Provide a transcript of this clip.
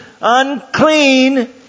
unclean